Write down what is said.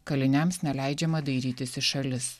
kaliniams neleidžiama dairytis į šalis